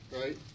right